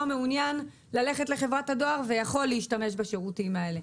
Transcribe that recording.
מעוניין ללכת לחברת הדואר ויכול להשתמש בשירותים האלה.